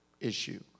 issue